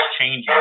changing